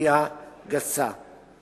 לפגיעה גסה.